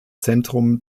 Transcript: zentrum